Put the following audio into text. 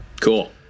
Cool